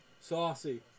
saucy